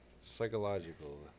psychological